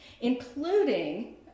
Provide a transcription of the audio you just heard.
including